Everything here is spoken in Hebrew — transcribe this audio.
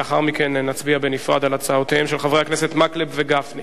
לאחר מכן נצביע בנפרד על הצעתם של חברי הכנסת מקלב וגפני.